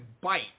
bite